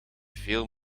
veel